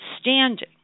Standing